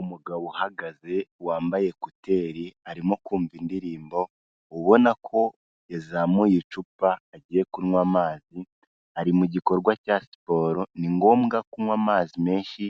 Umugabo uhagaze wambaye ekuteri arimo kumva indirimbo, ubona ko yazamuye icupa agiye kunywa amazi, ari mu gikorwa cya siporo ni ngombwa kunywa amazi menshi